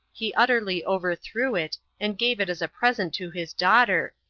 he utterly overthrew it, and gave it as a present to his daughter,